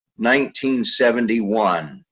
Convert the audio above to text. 1971